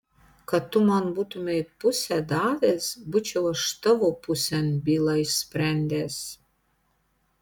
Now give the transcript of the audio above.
kad tu man būtumei pusę davęs būčiau aš tavo pusėn bylą išsprendęs